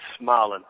smiling